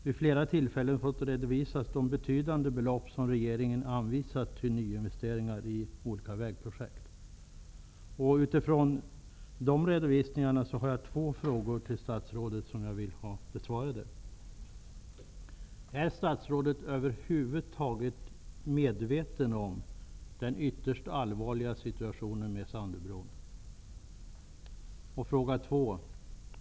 Vid flera tillfällen har han redovisat de betydande belopp som regeringen anvisat till nyinvesteringar i olika vägprojekt. Utifrån dessa redovisningar har jag två frågor till statsrådet: Är statsrådet över huvud taget medveten om den ytterst allvarliga situationen när det gäller Sandöbron?